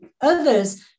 Others